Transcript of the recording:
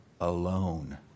alone